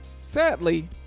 Sadly